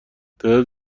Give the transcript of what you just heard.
تعداد